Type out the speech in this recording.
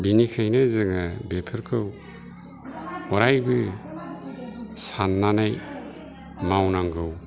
बिनिखायनो जोङो बेफोरखौ अरायबो सान्नानै मावनांगौ